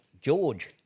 George